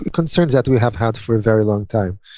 concerns that we have had for a very long time.